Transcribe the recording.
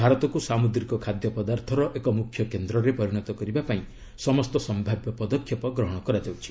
ଭାରତକୁ ସାମୁଦ୍ରିକ ଖାଦ୍ୟ ପଦାର୍ଥର ଏକ ମୁଖ୍ୟ କେନ୍ଦ୍ରରେ ପରିଣତ କରିବା ପାଇଁ ସମସ୍ତ ସମ୍ଭାବ୍ୟ ପଦକ୍ଷେପ ଗ୍ରହଣ କରାଯାଉଛି